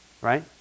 right